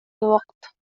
الوقت